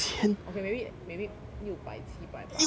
okay maybe maybe 六百七百八百